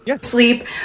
sleep